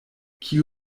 kiu